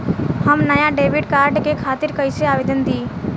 हम नया debit card के खातिर कइसे आवेदन दीं?